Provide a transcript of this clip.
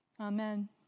Amen